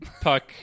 Puck